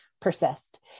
persist